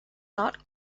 not